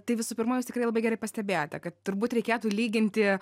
tai visų pirma jūs tikrai labai gerai pastebėjote kad turbūt reikėtų lyginti